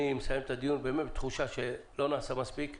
אני מסיים את הדיון בתחושה שלא נעשה מספיק.